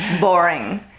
boring